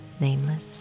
nameless